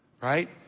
right